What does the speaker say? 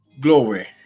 Glory